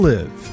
Live